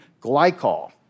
glycol